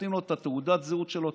נותנים לו את תעודת הזהות שלו,